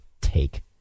take